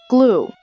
Glue